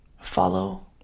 Follow